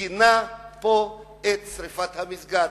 גינה פה את שרפת המסגד.